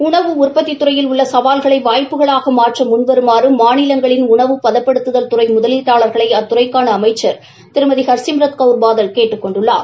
உணவு உற்பத்தித் துறையில் உள்ள சவால்களை வாய்ப்புகளாக மாற்ற முன்வருமாறு மாநிலங்களின் உணவு பதப்படுத்துதல் துறை முதலீட்டாளா்களை அத்துறைக்காள அமைச்சர் திருமதி ஹர்சிம்ரத் கௌர் பாதல் கேட்டுக் கொண்டுள்ளார்